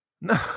No